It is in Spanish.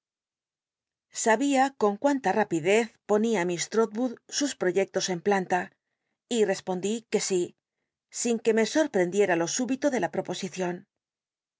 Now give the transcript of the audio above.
sabia con cuánta rapidez ponía ml uo sus proyectos en planta j respondí que sí sin que me sorprendiera lo súbito de la proposicion